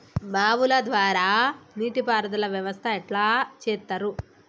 బావుల ద్వారా నీటి పారుదల వ్యవస్థ ఎట్లా చేత్తరు?